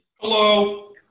Hello